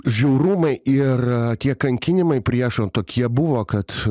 žiaurumai ir tie kankinimai priešo tokie buvo kad